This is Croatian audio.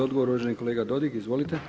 Odgovor uvaženi kolega Dodig, izvolite.